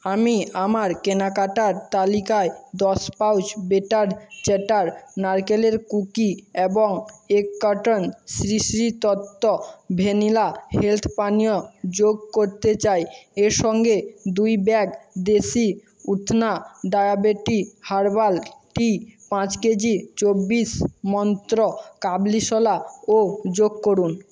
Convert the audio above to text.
আমি আমার কেনাকাটার তালিকায় দশ পাউচ বেটার চ্যাটার নারকেলের কুকি এবং এক carton Sri Sri Tattva vanilla health পানীয় যোগ করতে চাই এর সঙ্গে দুই bag Desi Utthana diabetic herbal tea পাঁচ কেজি চব্বিশ মন্ত্র কাবলি ছোলাও যোগ করুন